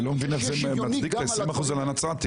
אני לא מבין איך זה מצדיק את ה-20% על הנצרתים.